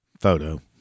photo